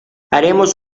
haremos